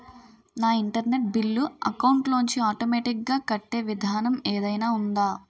నా internet bill account లోంచి automatic గా కట్టే విధానం ఏదైనా ఉందా?